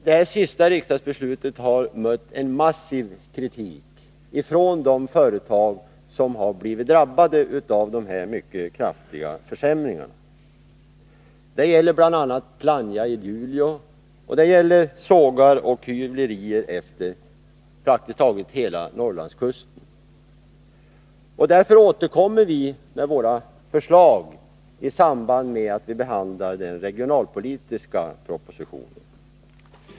Det senaste riksdagsbeslutet har mött en massiv kritik från de företag som har blivit drabbade av dessa mycket kraftiga försämringar. Det gäller bl.a. Plannja i Luleå liksom sågar och hyvlerier efter praktiskt taget hela Norrlandskusten. Därför återkommer vi med våra förslag i samband med att vi behandlar den regionalpolitiska propositionen.